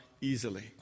easily